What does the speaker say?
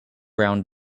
brown